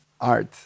art